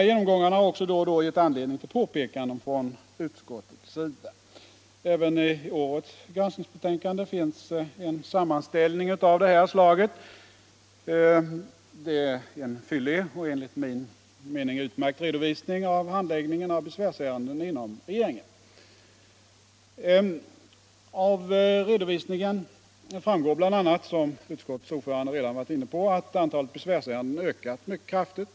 Genomgångarna har också då och då gett anledning till påpekanden från utskottets sida. Även i årets granskningsbetänkande finns en sammanställning av det här slaget. Det är en fyllig och enligt min mening utmärkt redovisning av handläggningen av besvärsärenden inom regeringen. Av redovisningen framgår bl.a., som utskottets ordförande redan varit inne på, att antalet besvärsärenden ökat mycket kraftigt.